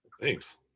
thanks